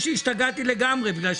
הפנייה